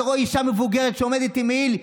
אתה רואה אישה מבוגרת שעומדת עם מעיל,